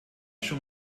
schon